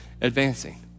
advancing